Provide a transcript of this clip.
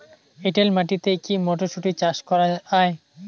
এটেল মাটিতে কী মটরশুটি চাষ করা য়ায়?